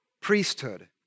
priesthood